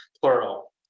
plural